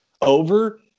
over